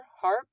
harp